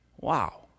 Wow